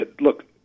look